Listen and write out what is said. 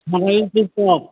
tiptop